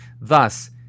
Thus